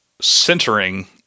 centering